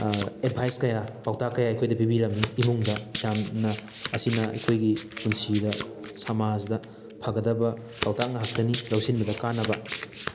advice ꯀꯌꯥ ꯄꯧꯇꯥꯛ ꯀꯌꯥ ꯑꯩꯈꯣꯏꯗ ꯄꯤꯕꯤꯔꯝꯃꯤ ꯏꯃꯨꯡꯗ ꯌꯥꯝꯅ ꯑꯁꯤꯅ ꯑꯩꯈꯣꯏꯒꯤ ꯄꯨꯟꯁꯤꯗ ꯁꯃꯥꯖꯗ ꯐꯒꯗꯕ ꯄꯧꯇꯥꯛ ꯉꯥꯛꯇꯅꯤ ꯂꯧꯁꯤꯟꯕꯗ ꯀꯥꯅꯕ